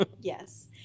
Yes